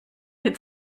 des